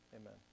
Amen